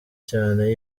cyane